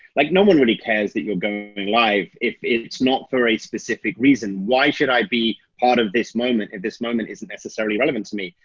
like no one really cares that you're going live if it's not for a specific reason. why should i be part of this moment if this moment isn't necessarily relevant to me?